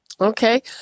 Okay